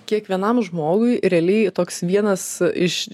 kiekvienam žmogui realiai toks vienas iš